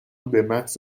بمحض